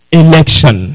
election